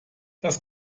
das